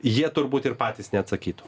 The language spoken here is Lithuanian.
jie turbūt ir patys neatsakytų